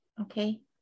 Okay